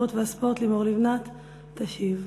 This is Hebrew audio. שרת התרבות והספורט לימור לבנת תשיב.